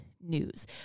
news